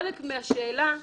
אני